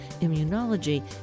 Immunology